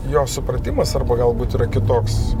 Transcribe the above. jo supratimas arba galbūt yra kitoks